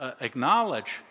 acknowledge